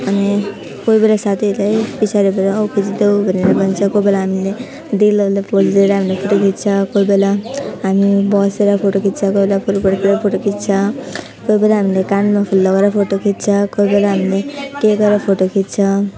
अनि कोही बेला साथीहरूले पिछाडिबाट आऊ खिचिदेऊ भनेर भन्छ कोही बेला हामीले दिलवाला पोज दिएर हामीले फोटो खिच्छ कोही बेला हामी बसेर फोटो खिच्छ कोही बेला फुलकोहरूतिर फोटो खिच्छ कोही बेला हामीले कानमा फुल लगाएर फोटो खिच्छ कोही बेला हामीले के गरेर फोटो खिच्छ